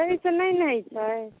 ताहि सऽ नहि ने हेतै